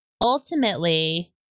ultimately